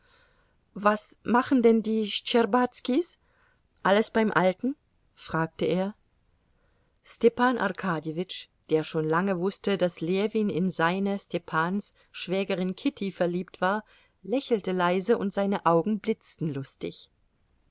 was machen denn schtscherbazkis alles beim alten fragte er stepan arkadjewitsch der schon lange wußte daß ljewin in seine stepans schwägerin kitty verliebt war lächelte leise und seine augen blitzten lustig